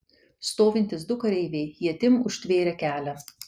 stovintys du kareiviai ietim užtvėrė kelią